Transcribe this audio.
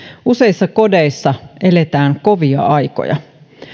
useissa kodeissa eletään kovia aikoja